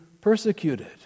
persecuted